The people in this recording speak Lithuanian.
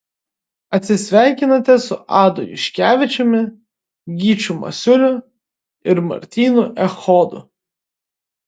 atsisveikinote su adu juškevičiumi gyčiu masiuliu ir martynu echodu